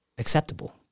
acceptable